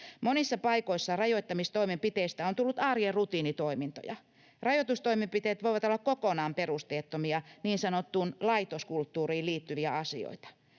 Monissa paikoissa rajoittamistoimenpiteistä on tullut arjen rutiinitoimintoja. Rajoitustoimenpiteet voivat olla kokonaan perusteettomia, niin sanottuun laitoskulttuuriin liittyviä asioita.